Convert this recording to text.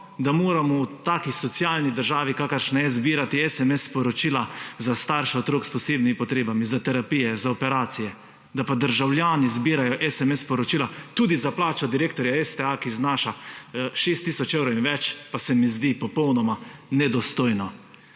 da moramo v taki socialni državi, kakršna je, zbirati SMS sporočila za starše otrok s posebnimi potrebami, za terapije, za operacije. Da pa državljani zbirajo SMS sporočila tudi za plače direktorja STA, ki znaša 6 tisoč evrov in več pa se mi zdi popolnoma nedostojno.